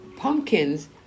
Pumpkins